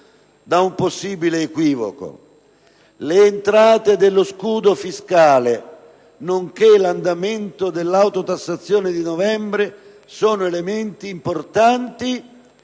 da un possibile equivoco: le entrate dello scudo fiscale, nonché l'andamento dell'autotassazione di novembre sono elementi importanti